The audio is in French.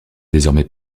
désormais